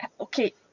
Okay